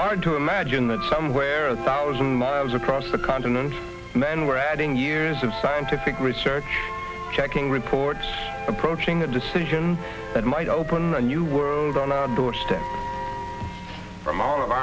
hard to imagine that somewhere a thousand miles across the continent men were adding years of scientific research checking reports approaching a decision that might open a new world on a doorstep from all of